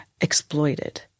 exploited